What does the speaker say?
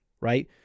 right